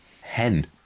Hen